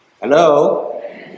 Hello